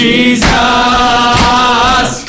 Jesus